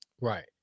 Right